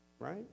Right